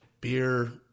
beer